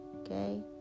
okay